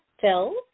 Phil